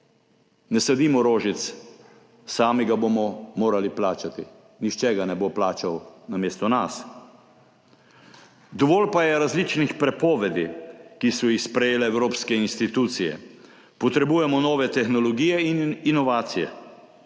Ne sadimo rožic, sami ga bomo morali plačati, nihče ga ne bo plačal namesto nas. Dovolj pa je različnih prepovedi, ki so jih sprejele evropske institucije. Potrebujemo nove tehnologije in inovacije.